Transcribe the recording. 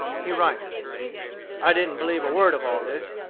he writes i didn't believe a word of all this,